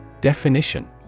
Definition